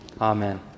Amen